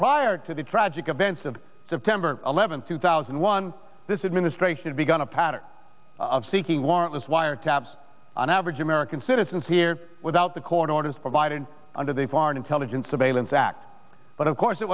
prior to the tragic events of september eleventh two thousand and one this administration began a pattern of seeking warrantless wiretaps on average american citizens here without the court orders provided under the foreign intelligence surveillance act but of course